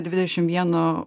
dvidešim vieno